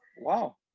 wow